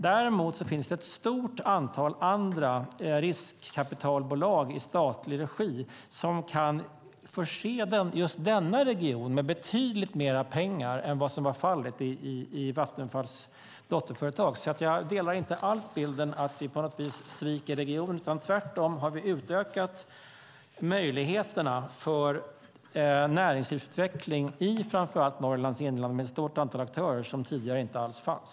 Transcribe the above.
Däremot finns det ett stort antal andra riskkapitalbolag i statlig regi som kan förse just denna region med betydligt mer pengar än vad som var fallet i Vattenfalls dotterföretag. Jag delar därför inte alls bilden av att vi på något vis sviker regionen. Tvärtom har vi utökat möjligheterna för näringslivsutveckling i framför allt Norrlands inland med ett stort antal aktörer som tidigare inte alls fanns.